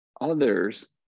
others